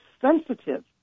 sensitive